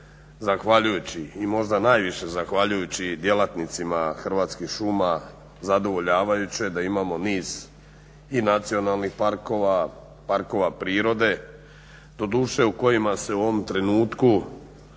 zahvaljujući i možda najviše zahvaljujući djelatnicima Hrvatskih šuma zadovoljavajuće da imamo niz i nacionalnih parkova, parkova prirode doduše u kojima se u ovom trenutku